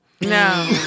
No